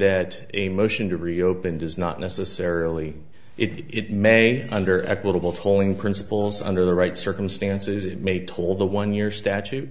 that a motion to reopen does not necessarily it may under equitable tolling principles under the right circumstances it may toll the one year statute